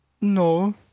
No